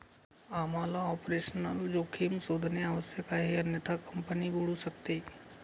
आम्हाला ऑपरेशनल जोखीम शोधणे आवश्यक आहे अन्यथा कंपनी बुडू शकते